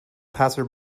passer